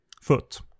foot